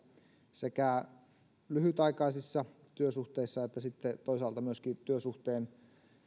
sekä lyhytaikaisissa työsuhteissa että toisaalta myöskin työsuhteen